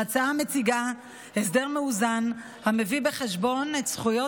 ההצעה מציגה הסדר מאוזן המביא בחשבון את זכויות